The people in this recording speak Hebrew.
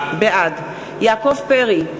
בעד יעקב פרי,